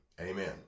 Amen